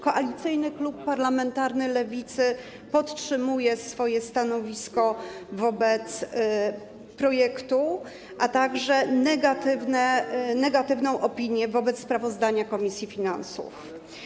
Koalicyjny Klub Parlamentarny Lewicy podtrzymuje swoje stanowisko wobec projektu, a także negatywną opinię wobec sprawozdania komisji finansów.